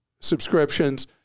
subscriptions